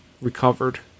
recovered